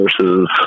versus